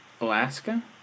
Alaska